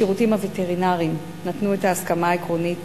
השירותים הווטרינריים נתנו את ההסכמה העקרונית